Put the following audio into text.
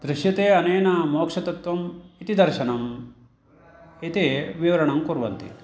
दृश्यते अनेन मोक्षतत्वम् इति दर्शनम् इति विवरणं कुर्वन्ति